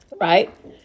right